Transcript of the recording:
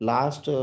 Last